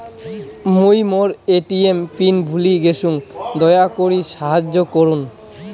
মুই মোর ATM PIN ভুলে গেইসু, দয়া করি সাহাইয্য করুন